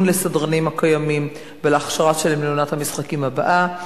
לסדרנים הקיימים ולהכשרה שלהם לעונת המשחקים הבאה.